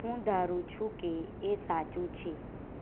હું ધારું છું કે એ સાચું છે